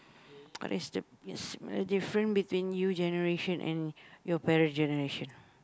what is the yes uh different between new generation and your parent generation